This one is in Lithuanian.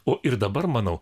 o ir dabar manau